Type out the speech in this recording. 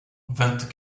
vingt